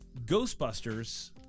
Ghostbusters